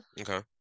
Okay